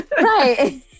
Right